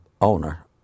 owner